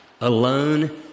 alone